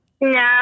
No